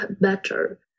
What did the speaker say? better